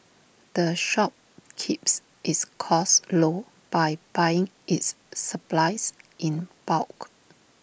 the shop keeps its costs low by buying its supplies in bulk